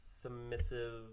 submissive